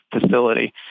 facility